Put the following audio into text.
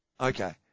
Okay